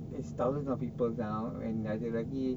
there is thousands of people now ada lagi